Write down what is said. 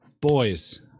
boys